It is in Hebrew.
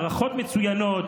הערכות מצוינות,